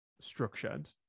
structured